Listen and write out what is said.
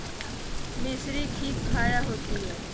मिसरीत खित काया होती है?